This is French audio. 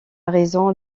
raison